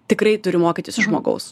tikrai turi mokytis iš žmogaus